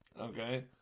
okay